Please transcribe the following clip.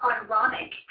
ironic